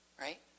right